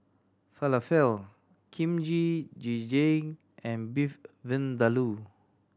Falafel Kimchi Jjigae and Beef Vindaloo